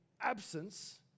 absence